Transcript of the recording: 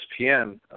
ESPN